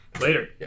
Later